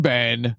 Ben